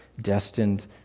destined